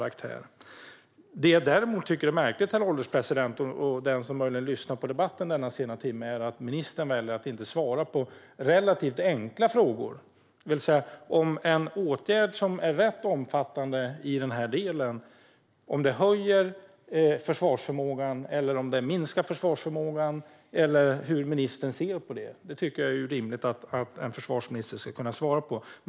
Det som jag däremot tycker är märkligt, herr ålderspresident och ni som möjligen lyssnar på debatten i denna sena timme, är att ministern väljer att inte svara på relativt enkla frågor. Huruvida en åtgärd som är rätt omfattande i denna del ökar eller minskar försvarsförmågan tycker jag är en fråga som det är rimligt att en försvarsminister ska kunna svara på.